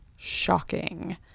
Shocking